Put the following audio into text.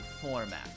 format